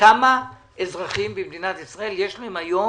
לכמה אזרחים במדינת ישראל יש היום